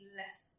less